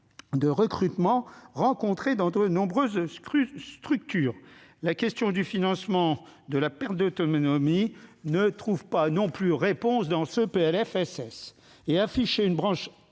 de recrutement rencontrées dans de nombreuses structures. La question du financement de la perte d'autonomie ne trouve pas non plus de réponse dans ce PLFSS. Afficher une branche